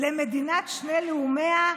למדינת שני לאומיה,